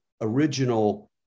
original